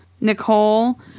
Nicole